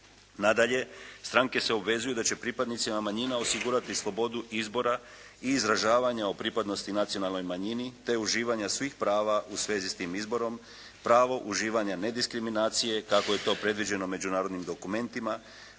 Nadalje, stranke se obvezuju da će pripadnicima manjina osigurati slobodu izbora i izražavanja o pripadnosti nacionalnoj manjini, te uživanja svih prava u svezi sa tim izborom, pravo uživanja nediskriminacije, kako je to predviđeno međunarodnim dokumentima,